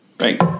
Right